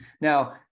Now